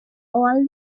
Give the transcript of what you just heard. all